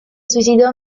suicidó